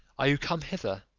are you come hither?